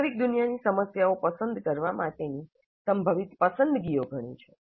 વાસ્તવિક દુનિયાની સમસ્યાઓ પસંદ કરવા માટેની સંભવિત પસંદગીઓ ઘણી છે